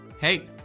Hey